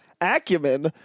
acumen